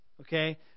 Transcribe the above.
Okay